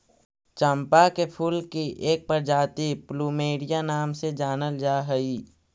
चंपा के फूल की एक प्रजाति प्लूमेरिया नाम से जानल जा हई